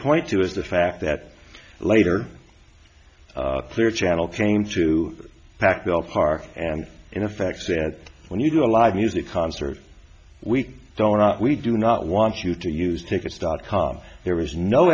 point to is the fact that later clear channel came to pac bell park and in effect said when you do a live music concert we don't we do not want you to use tickets dot com there was no